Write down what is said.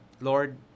Lord